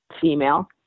female